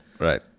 Right